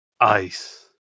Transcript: ice